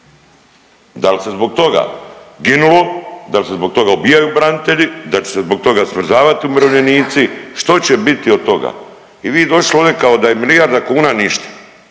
Da li se zbog toga ginulo, da li se zbog toga ubijaju branitelji, da li će se zbog toga smrzavati umirovljenici, što će biti od toga? I vi došli ovde kao da milijarda kuna ništa,